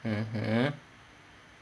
mmhmm